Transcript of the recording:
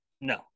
No